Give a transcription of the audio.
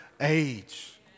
age